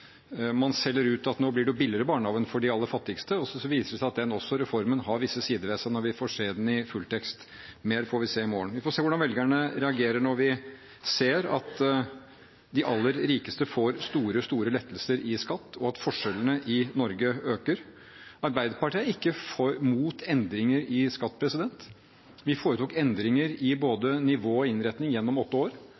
Man selger ut at nå blir det jo billigere barnehage for de aller fattigste, og så viser det seg at den reformen også har visse sider ved seg når vi får se den i fulltekst. Mer får vi se i morgen. Vi får se hvordan velgerne reagerer når vi ser at de aller rikeste får store lettelser i skatt, og at forskjellene i Norge øker. Arbeiderpartiet er ikke mot endringer i skatt, vi foretok endringer i både